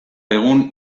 egun